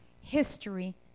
history